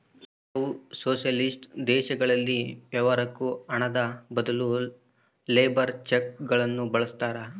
ಕೆಲವು ಸೊಷಲಿಸ್ಟಿಕ್ ದೇಶಗಳಲ್ಲಿ ವ್ಯವಹಾರುಕ್ಕ ಹಣದ ಬದಲು ಲೇಬರ್ ಚೆಕ್ ನ್ನು ಬಳಸ್ತಾರೆ